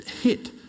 hit